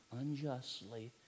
unjustly